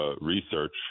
research